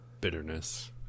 bitterness